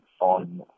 on